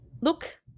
Look